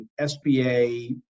SBA